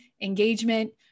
engagement